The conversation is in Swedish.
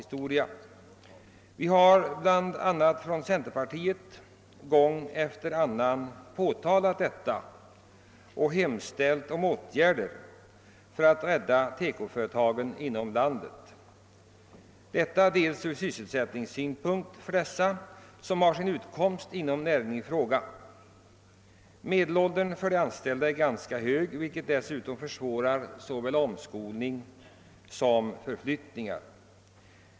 Detta har gång efter annan påtalats från centerpartihåll och vi har där hemställt om åtgärder för att rädda TEKO företagen inom landet och därmed också upprätthålla sysselsättningen för dem som har sin utkomst från näringen i fråga. Medelåldern för de anställda är ganska hög, vilket försvårar såväl omskolning som förflyttningar.